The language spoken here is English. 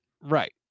Right